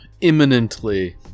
imminently